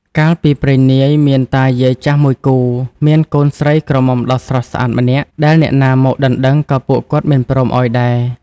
កាលពីព្រេងនាយ មានតាយាយចាស់មួយគូ មានកូនស្រីក្រមុំដ៏ស្រស់ស្អាតម្នាក់ ដែលអ្នកណាមកដណ្ដឹងក៏ពួកគាត់មិនព្រមឲ្យដែរ។